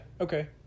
Okay